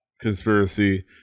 conspiracy